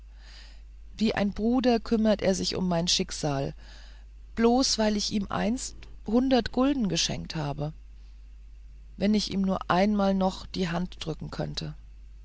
wie ein bruder kümmerte er sich um mein schicksal bloß weil ich ihm einst hundert gulden geschenkt hatte wenn ich ihm nur einmal noch die hand drücken könnte